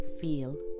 feel